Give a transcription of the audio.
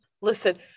listen-